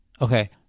Okay